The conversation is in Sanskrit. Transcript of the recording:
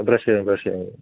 प्रेषयामि प्रेषयामि